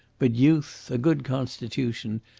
but youth, a good constitution,